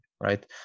right